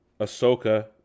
Ahsoka